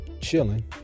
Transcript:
chilling